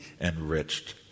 enriched